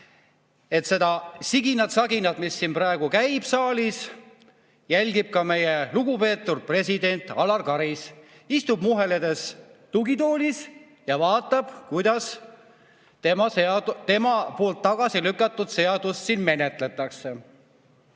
seda siginat-saginat, mis siin praegu käib saalis, jälgib ka meie lugupeetud president Alar Karis. Istub muheledes tugitoolis ja vaatab, kuidas tema poolt tagasi lükatud seadust siin menetletakse.